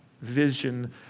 vision